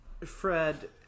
Fred